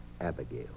Abigail